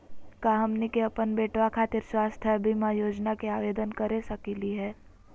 का हमनी के अपन बेटवा खातिर स्वास्थ्य बीमा योजना के आवेदन करे सकली हे?